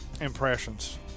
impressions